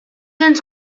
ens